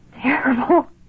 Terrible